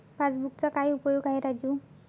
पासबुकचा काय उपयोग आहे राजू?